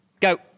go